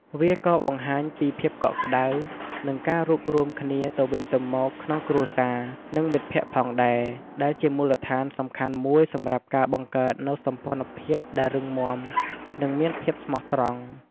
វាក៏បង្ហាញពីភាពកក់ក្ដៅ និងភាពរួមរួមគ្នាទៅវិញទៅមកក្នុងគ្រួសារ និងមិត្តភក្តិផងដែរ ដែលជាមូលដ្ឋានសំខាន់មួយសម្រាប់ការបង្កើតនូវសម្ព័ន្ធភាពដែលរឹងមាំ និងមានភាពស្មោះត្រង់។